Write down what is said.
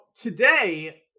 today